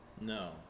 No